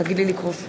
לקרוא את